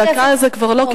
דקה כבר לא,